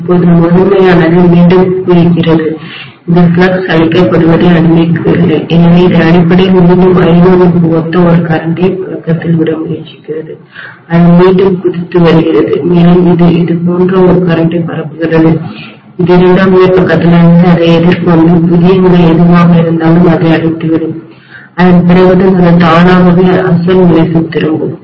இப்போது முதன்மையானது மீண்டும் குதிக்கிறது இது ஃப்ளக்ஸ் அழிக்கப்படுவதை அனுமதிக்கவில்லை எனவே இது அடிப்படையில் மீண்டும் I1 க்கு ஒத்த ஒரு கரண்ட்டை புழக்கத்தில் விட முயற்சிக்கிறது அது மீண்டும் குதித்து வருகிறது மேலும் இது இதுபோன்ற ஒரு கரண்ட்டை பரப்புகிறது அது இரண்டாம் நிலை பக்கத்திலிருந்து அது எதிர்கொண்ட புதிய நிலை எதுவாக இருந்தாலும் அதை அழித்துவிடும் அதன் பிறகுதான் அது தானாகவே அசல் நிலைக்குத் திரும்பும்